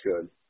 good